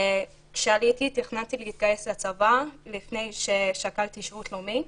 כשעליתי תכננתי להתגייס לצבא לפני ששקלתי שירות לאומי,